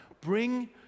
Bring